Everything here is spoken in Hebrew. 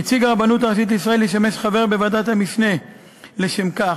נציג הרבנות הראשית לישראל ישמש חבר בוועדת המשנה לשם כך.